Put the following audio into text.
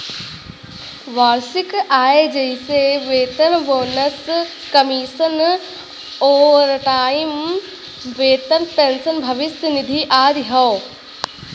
वार्षिक आय जइसे वेतन, बोनस, कमीशन, ओवरटाइम वेतन, पेंशन, भविष्य निधि आदि हौ